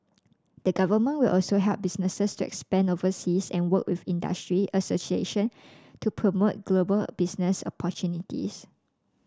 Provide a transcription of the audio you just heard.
the government will also help businesses to expand overseas and work with industry association to promote global business opportunities